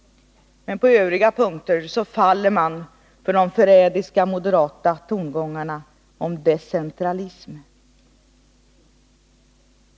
Men på övriga punkter faller man för de förrädiska moderata tongångarna om decentralism.